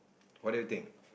what do you think